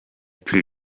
plu